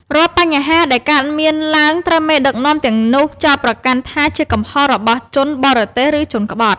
រាល់បញ្ហាដែលកើតមានឡើងត្រូវបានមេដឹកនាំទាំងនោះចោទប្រកាន់ថាជាកំហុសរបស់ជនបរទេសឬជនក្បត់។